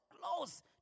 close